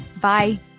Bye